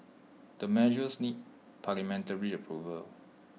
the measures need parliamentary approval